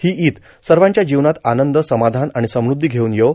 ही ईद सर्वाच्या जीवनात आनंद समाधान आणि समुद्धी घेऊन येवो